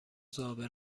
زابه